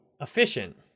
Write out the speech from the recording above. efficient